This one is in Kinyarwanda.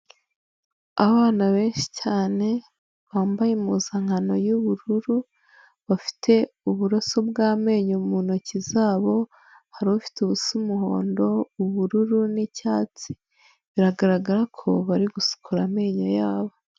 Abana benshi cyane bambaye impuzankano y'ubururu bafite uburoso bw'amenyo mu ntoki zabo; hari ufite ubusa umuhondo, ubururu n'icyatsi biragaragara ko bari gusukura amenyo ya bo.